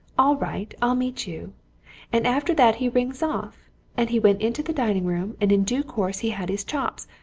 all right i'll meet you and after that he rings off and he went into the dining-room, and in due course he had his chops,